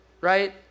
right